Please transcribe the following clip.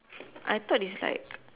I thought is like